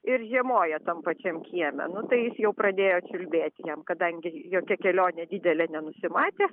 ir žiemoja tam pačiam kieme nu tai jis jau pradėjo čiulbėti jam kadangi jokia kelionė didelė nenusimatė